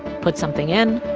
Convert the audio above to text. put something in,